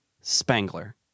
Spangler